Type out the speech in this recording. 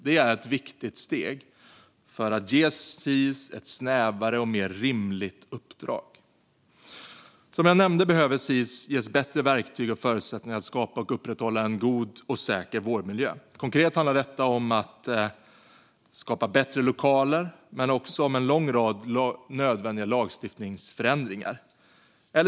Det är ett viktigt steg för att ge Sis ett snävare och mer rimligt uppdrag. Som jag nämnde behöver Sis ges bättre verktyg och förutsättningar att skapa och upprätthålla en god och säker vårdmiljö. Konkret handlar det om att skapa bättre lokaler men också om en lång rad nödvändiga lagstiftningsförändringar.